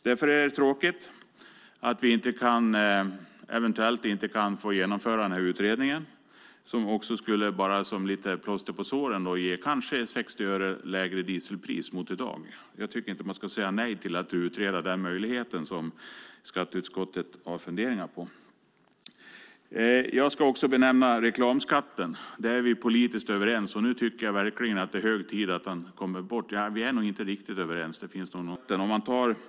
Därför är det tråkigt att vi eventuellt inte kan få genomföra den här utredningen, som kanske också, bara som lite plåster på såren, skulle ge 60 öre lägre dieselpris mot i dag. Jag tycker inte att man ska säga nej till att utreda den möjlighet som skatteutskottet har funderingar på. Jag ska också nämna reklamskatten. Där är vi politiskt överens. Nu tycker jag verkligen att det är hög tid att den kommer bort. Vi är nog inte riktigt överens. Det finns nog någon som vill ha den kvar, tror jag.